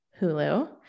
Hulu